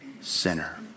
sinner